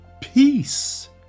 Peace